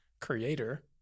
creator